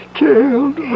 killed